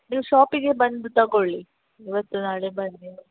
ನೀವು ಶಾಪಿಗೆ ಬಂದು ತಗೋಳ್ಳಿ ಇವತ್ತು ನಾಳೆ ಬನ್ನಿ